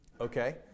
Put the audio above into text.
Okay